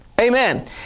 Amen